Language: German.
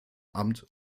amt